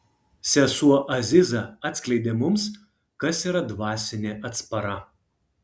sesuo aziza atskleidė mums kas yra dvasinė atspara